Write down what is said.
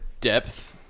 depth